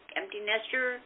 empty-nester